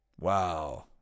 Wow